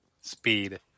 speed